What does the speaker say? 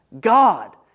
God